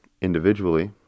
individually